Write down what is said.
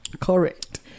correct